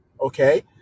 Okay